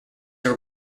were